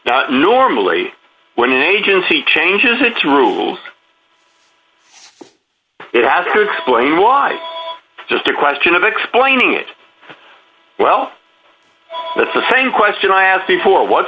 normally when an agency changes its rules it has to explain why just a question of explaining it well that's the same question i asked before